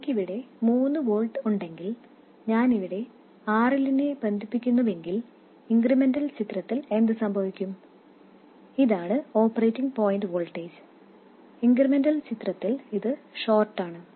എനിക്ക് ഇവിടെ മൂന്ന് വോൾട്ട് ഉണ്ടെങ്കിൽ ഞാൻ ഇവിടെ RLനെ ബന്ധിപ്പിക്കുന്നുവെങ്കിൽ ഇൻക്രിമെന്റൽ ചിത്രത്തിൽ എന്ത് സംഭവിക്കും ഇതാണ് ഓപ്പറേറ്റിംഗ് പോയിൻറ് വോൾട്ടേജ് ഇൻക്രിമെന്റൽ ചിത്രത്തിൽ ഇത് ഷോർട്ട് ആണ്